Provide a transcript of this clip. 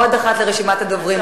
עוד אחת לרשימת הדוברים,